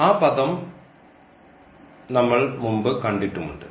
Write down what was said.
ആ പദം ഞങ്ങൾ മുമ്പ് കണ്ടിട്ടുമു ണ്ട്